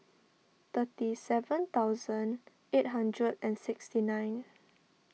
thirty seven thousand eight hundred and sixty nine